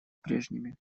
прежними